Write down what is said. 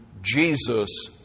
Jesus